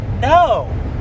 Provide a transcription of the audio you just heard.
No